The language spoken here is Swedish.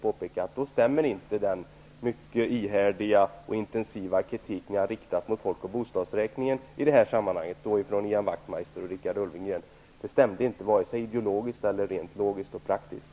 Det stämmer inte med den mycket ihärdiga och intensiva kritik ni har riktat mot folk och bostadsräkningen i detta sammanhang. Det som Ian Wachtmeister och Richard Ulfvengren har sagt stämmer inte med detta vare sig ideologist eller rent logist och praktiskt.